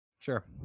Sure